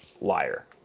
liar